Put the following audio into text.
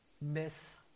miss